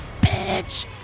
bitch